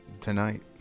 tonight